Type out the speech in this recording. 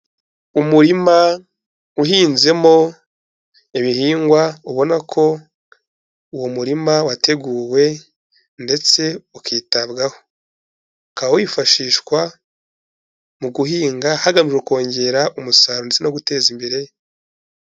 Umurima uhinzemo ibihingwa ubona ko uwo murima wateguwe ndetse ukitabwaho, ukaba wifashishwa mu guhinga hagamijwe kongera umusaruro no guteza imbere...